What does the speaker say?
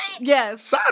Yes